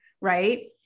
Right